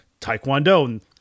Taekwondo